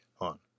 on